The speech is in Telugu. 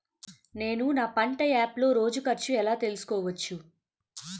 నేను నా పంట యాప్ లో రోజు ఖర్చు ఎలా తెల్సుకోవచ్చు?